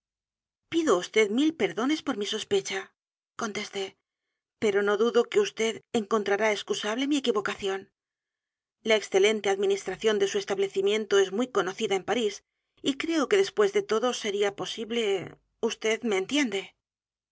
pido ávd mil perdones por mi sospecha contesté pero no dudo que vd encontrará excusable mi equivocación la excelente administración de su establecimiento es muy conocida en parís y creo que después de todo seria posible vd me entiende